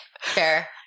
Fair